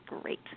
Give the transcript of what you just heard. Great